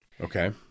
Okay